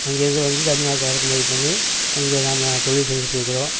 அங்கேயிருந்து வந்து தமிழ்நாட்டில் இறக்குமதி பண்ணி இங்க நாம் தொழில் செஞ்சிட்டிருக்கிறோம்